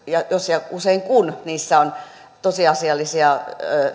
ja jos ja usein kun niissä on tosiasiallisia